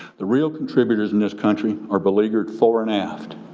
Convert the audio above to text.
the real contributors in this country are beleaguered fore and aft.